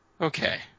Okay